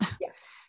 Yes